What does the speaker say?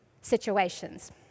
situations